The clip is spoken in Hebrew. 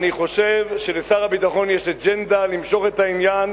אני חושב שלשר הביטחון יש אג'נדה למשוך את העניין.